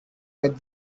that